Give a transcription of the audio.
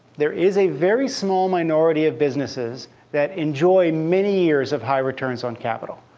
there is a very small minority of businesses that enjoy many years of high returns on capital.